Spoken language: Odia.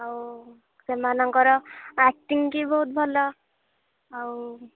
ଆଉ ସେମାନଙ୍କର ଆକ୍ଟିଙ୍ଗ୍ ବି ବହୁତ ଭଲ ଆଉ